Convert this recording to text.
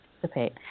participate